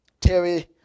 Terry